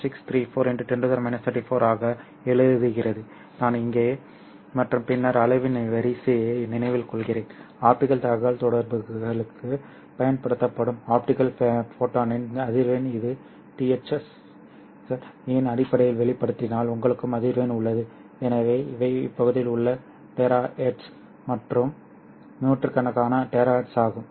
634 10 34 ஆகவும் எழுதுகிறது நான் இங்கே மற்றும் பின்னர் அளவின் வரிசையை நினைவில் கொள்கிறேன் ஆப்டிகல் தகவல்தொடர்புக்குப் பயன்படுத்தப்படும் ஆப்டிகல் ஃபோட்டானின் அதிர்வெண் இது THz இன் அடிப்படையில் வெளிப்படுத்தினால் உங்களுக்கும் அதிர்வெண் உள்ளது எனவே இவை இப்பகுதியில் உள்ள டெரா ஹெர்ட்ஸ் மற்றும் நூற்றுக்கணக்கான THz ஆகும்